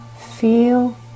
feel